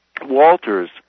Walters